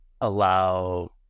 allow